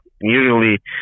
usually